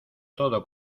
todo